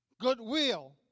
goodwill